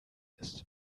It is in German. ist